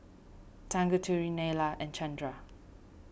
Tanguturi Neila and Chandra